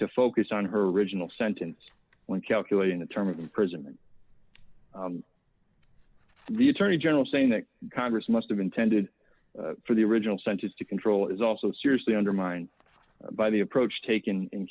to focus on her original sentence when calculating the term of imprisonment the attorney general saying that congress must have intended for the original sentence to control is also seriously undermined by the approach taken in